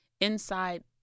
inside